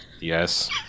Yes